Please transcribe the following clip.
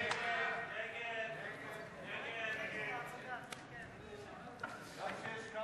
ההצעה להסיר מסדר-היום את הצעת חוק שירותי הדת היהודיים (תיקון,